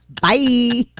Bye